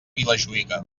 vilajuïga